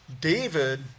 David